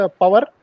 power